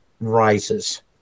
rises